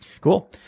Cool